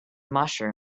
mushroom